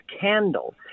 candle